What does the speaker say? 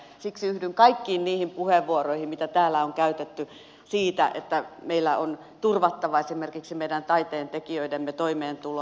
siksi yhdyn kaikkiin niihin puheenvuoroihin mitä täällä on käytetty siitä että meillä on turvattava esimerkiksi meidän taiteentekijöidemme toimeentuloa